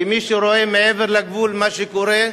כי מי שרואה מעבר לגבול מה שקורה,